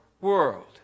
world